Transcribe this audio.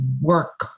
work